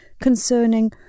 concerning